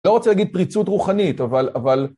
לא רוצה להגיד פריצות רוחנית, אבל. אבל...